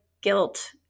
guilt